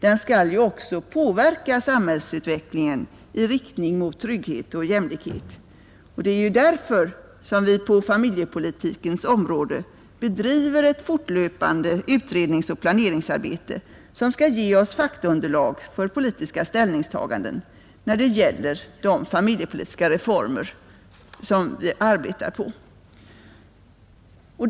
Den skall också påverka samhällsutvecklingen i riktning mot trygghet och jämlikhet. Det är ju därför som vi på familjepolitikens område bedriver ett fortlöpande utredningsoch planeringsarbete, som skall ge oss underlag för politiska ställningstaganden när det gäller de familjepolitiska reformer som vi arbetar på.